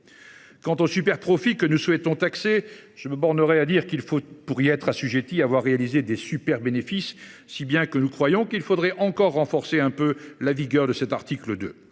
Quant aux superprofits que nous souhaitons taxer, je me bornerai à dire qu’il faut, pour y être assujetti, avoir réalisé des « superbénéfices », si bien que, nous semble t il, il conviendrait de renforcer encore un peu la vigueur de cet article 2.